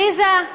עליזה,